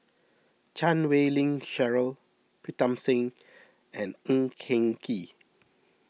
Chan Wei Ling Cheryl Pritam Singh and Ng Eng Kee